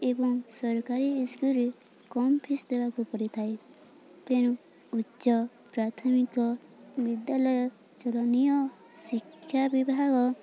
ଏବଂ ସରକାରୀ ଇସ୍କୁଲରେ କମ୍ ଫିସ୍ ଦେବାକୁ ପଡ଼ିଥାଏ ତେଣୁ ଉଚ୍ଚ ପ୍ରାଥମିକ ବିଦ୍ୟାଳୟ ଚଳନୀୟ ଶିକ୍ଷା ବିଭାଗ